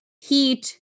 heat